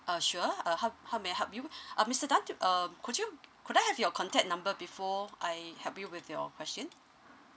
uh sure uh how how may I help you uh mister tan um could you could I have your contact number before I help you with your question